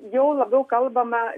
jau labiau kalbama